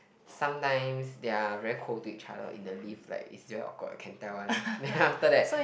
sometimes they are very cold to each other in the lift like it's very awkward can tell one then after that